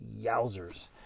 Yowzers